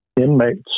inmates